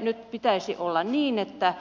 nyt pitäisi olla niin että